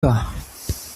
pas